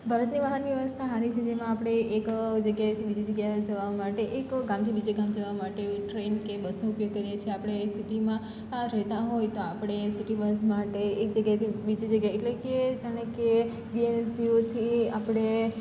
ભારતની વાહન વ્યવસ્થા સારી છે જેમાં આપણે એક જગ્યાએથી બીજી જગ્યાએ જવા માટે એક ગામથી બીજે ગામ જવા માટે ટ્રેન કે બસનો ઉપયોગ કરીએ છે આપણે સીટીમાં રહેતા હોય તો આપણે સીટી બસ માટે એક જગ્યાએથી બીજી જગ્યાએ એટલે કે જેમ કે આપણે